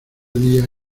día